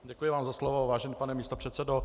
Děkuji vám za slovo, vážený pane místopředsedo.